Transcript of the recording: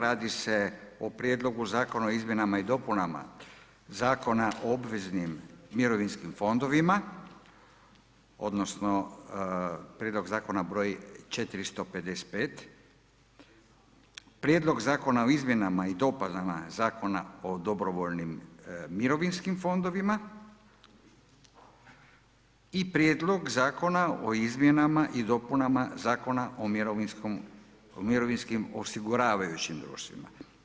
Radi se o: - Prijedlogu Zakona o izmjenama i dopunama Zakona o obveznim mirovinskim fondovima odnosno Prijedlog Zakona broj 455, - Prijedlog Zakona o izmjenama i dopunama Zakona o dobrovoljnim mirovinskim fondovima i - Prijedlog Zakona o izmjenama i dopunama Zakona o mirovinskim osiguravajućim društvima.